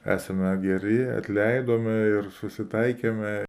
esame geri atleidome ir susitaikėme